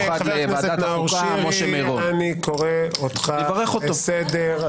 ראיתי את הנוסח הקודם אני מציע למחוק את האפשרות